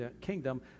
kingdom